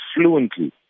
fluently